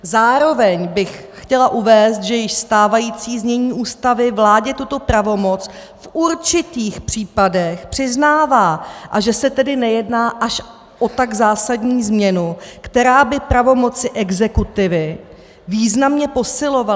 Zároveň bych chtěla uvést, že již stávající znění Ústavy vládě tuto pravomoc v určitých případech přiznává, a že se tedy nejedná až o tak zásadní změnu, která by pravomoci exekutivy významně posilovala.